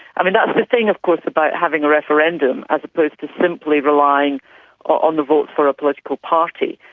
i mean, that's the thing, of course, about having a referendum as opposed to simply relying on the vote for a political party,